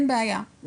אין בעיה.